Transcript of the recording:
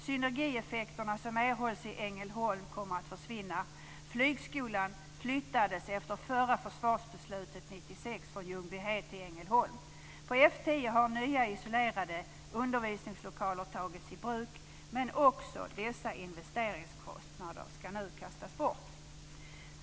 Synergieffekterna som erhålls i Ängelholm kommer att försvinna. Flygskolan flyttades efter förra försvarsbeslutet 1996 från Ljungbyhed till Ängelholm. På F 10 har nya isolerade undervisningslokaler tagits i bruk, men också dessa investeringskostnader ska nu kastas bort.